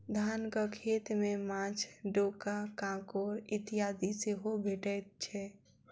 धानक खेत मे माँछ, डोका, काँकोड़ इत्यादि सेहो भेटैत छै